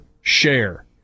share